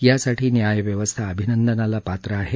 यासाठी न्यायव्यवस्था अभिनंदनाला पात्र आहे